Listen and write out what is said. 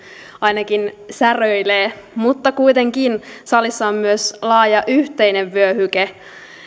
ainakin säröilee mutta kuitenkin salissa on myös laaja yhteinen vyöhyke